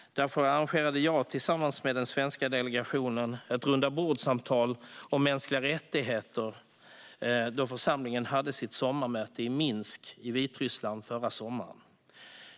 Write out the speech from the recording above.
Därför arrangerade jag tillsammans med den svenska delegationen ett rundabordssamtal om mänskliga rättigheter då församlingen hade sitt sommarmöte i Minsk i Vitryssland förra sommaren.